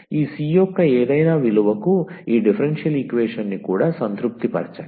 ఈ c యొక్క ఏదైనా విలువకు ఈ డిఫరెన్షియల్ ఈక్వేషన్ని కూడా సంతృప్తిపరచండి